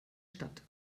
stadt